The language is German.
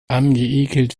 angeekelt